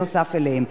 נוסף עליהם.